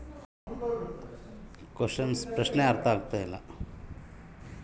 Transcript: ನೇರಾವರಿಯ ಉಪಯೋಗಗಳನ್ನು ಮತ್ತು?